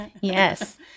Yes